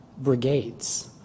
brigades